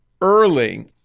early